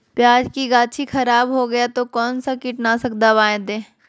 प्याज की गाछी खराब हो गया तो कौन सा कीटनाशक दवाएं दे?